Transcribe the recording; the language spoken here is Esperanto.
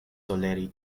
toleri